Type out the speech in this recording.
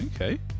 Okay